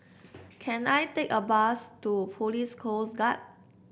can I take a bus to Police Coast Guard